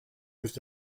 was